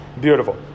beautiful